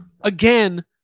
again